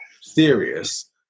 serious